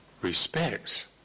respects